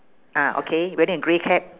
ah okay wearing a grey cap